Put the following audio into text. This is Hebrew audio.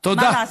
מה לעשות.